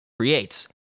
creates